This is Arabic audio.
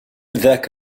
ذاك